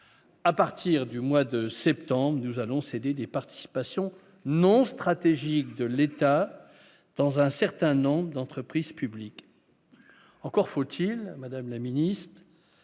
à partir du mois de septembre, nous allons céder des participations non stratégiques de l'État dans un certain nombre d'entreprises publiques, encore faut-il, madame la ministre